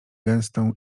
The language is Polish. gęstą